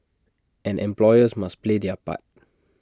and employers must play their part